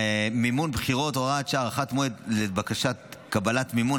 מימון בחירות (הוראת שעה) (הארכת מועד לקבלת מימון),